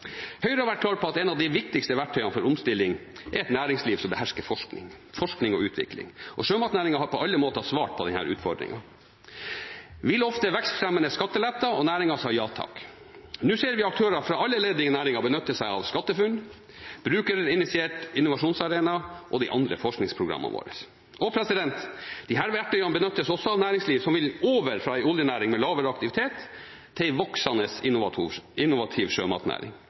Høyre har vært klar på at et av de viktigste verktøyene for omstilling er et næringsliv som behersker forskning og utvikling. Og sjømatnæringen har på alle måter svart på denne utfordringen. Vi lovte vekstfremmende skatteletter, og næringen sa ja takk. Nå ser vi aktører fra alle ledd i næringen benytte seg av SkatteFUNN, Brukerstyrt innovasjonsarena og de andre forskningsprogrammene våre. Disse verktøyene benyttes også av næringsliv som vil over fra en oljenæring med lavere aktivitet til en voksende, innovativ sjømatnæring.